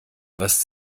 was